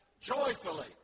joyfully